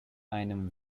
einem